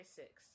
six